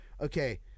Okay